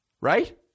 right